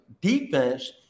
defense